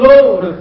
Lord